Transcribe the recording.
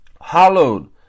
hallowed